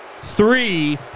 three